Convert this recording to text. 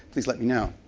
please let me know.